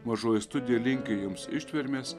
mažoji studija linki jums ištvermės